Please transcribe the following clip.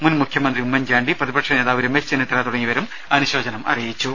മുൻ മുഖ്യമന്ത്രി ഉമ്മൻചാണ്ടി പ്രതിപക്ഷനേതാവ് രമേശ് ചെന്നിത്തല തുടങ്ങിയവരും അനുശോചനം അറിയിച്ചു